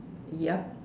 yup